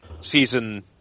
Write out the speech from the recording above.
season